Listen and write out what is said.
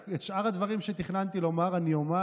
את שאר הדברים שתכננתי לומר אני אומר,